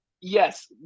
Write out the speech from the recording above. yes